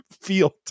field